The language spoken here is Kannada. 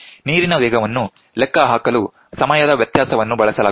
ನೀರಿನ ವೇಗವನ್ನು ಲೆಕ್ಕ ಹಾಕಲು ಸಮಯದ ವ್ಯತ್ಯಾಸವನ್ನು ಬಳಸಲಾಗುತ್ತದೆ